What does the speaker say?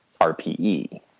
RPE